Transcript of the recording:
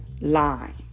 line